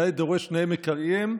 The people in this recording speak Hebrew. נאה דורש נאה מקיים,